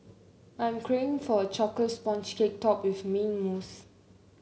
I'm craving for a chocolate sponge cake topped with mint mousse